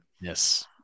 Yes